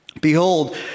Behold